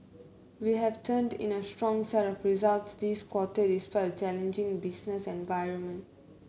we have turned in a strong set of results this quarter despite a challenging business environment